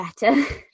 better